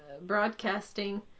broadcasting